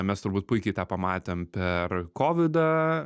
mes turbūt puikiai tą pamatėm per kovidą